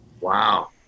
Wow